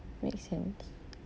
make sense